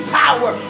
power